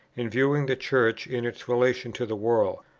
in viewing the church in its relation to the world.